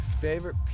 Favorite